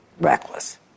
Reckless